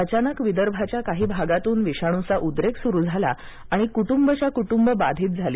अचानक विदर्भाच्या काही भागातून विषाणूचा उद्रेक सुरू झाला आणि कुटुंबच्या कुटुंब बाधित झाली